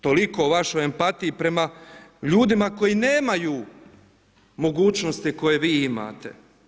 Toliko o vašoj empatiji prema ljudima koji nemaju mogućnosti koje vi imate.